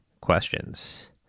questions